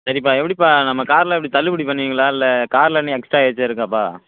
சரிப்பா எப்படிப்பா நம்ம கார்லாம் எப்படி தள்ளுபடி பண்ணுவீங்களா இல்லை கார்லாம் இன்னும் எக்ஸ்ட்ரா ஏதாச்சும் இருக்காப்பா